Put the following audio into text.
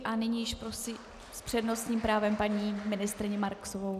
A nyní již prosím s přednostním právem paní ministryni Marksovou.